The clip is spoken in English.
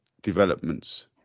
developments